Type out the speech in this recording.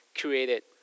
created